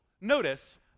Notice